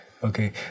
Okay